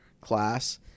class